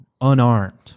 unarmed